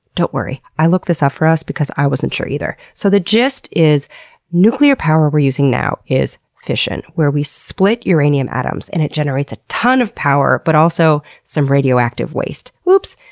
don't worry. i looked this up for us because i wasn't sure either. so, the gist is nuclear power we're using now is fission, where we split uranium atoms and it generates a ton of power but also, some radioactive waste. oops!